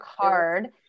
card